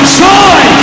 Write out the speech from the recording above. joy